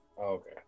Okay